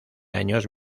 años